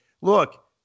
Look